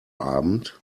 abend